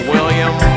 William